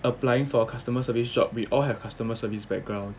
applying for customer service job we all have customer service background